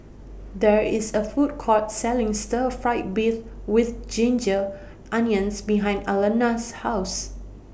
There IS A Food Court Selling Stir Fried Beef with Ginger Onions behind Alannah's House